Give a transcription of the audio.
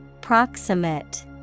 Proximate